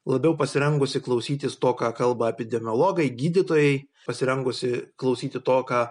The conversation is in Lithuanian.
labiau pasirengusi klausytis to ką kalba epidemiologai gydytojai pasirengusi klausyti to ką